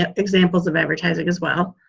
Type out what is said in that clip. ah examples of advertising as well.